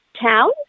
town